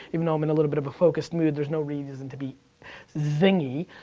even though i'm in a little bit of a focused mood, there's no reason to be zingy.